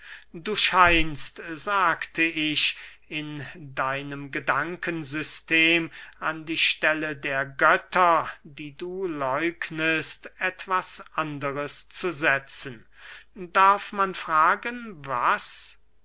du scheinst sagte ich in deinem gedankensystem an die stelle der götter die du läugnest etwas anderes zu setzen darf man fragen was